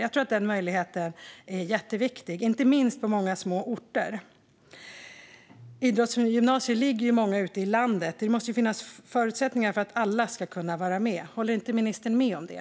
Jag tror att den möjligheten är jätteviktig, inte minst på många små orter. Det ligger ju många idrottsgymnasier ute i landet, och det måste finnas förutsättningar för att alla ska kunna vara med. Håller inte ministern med om det?